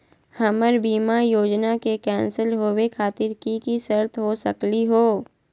हमर बीमा योजना के कैन्सल होवे खातिर कि कि शर्त हो सकली हो?